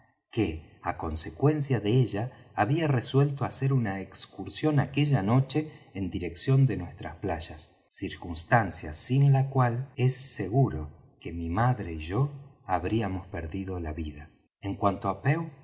que á consecuencia de ella había resuelto hacer una excursión aquella noche en dirección de nuestras playas circunstancia sin la cual es seguro que mi madre y yo habríamos perdido la vida en cuanto á pew